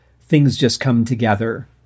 things-just-come-together